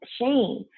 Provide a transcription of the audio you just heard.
shame